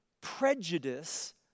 prejudice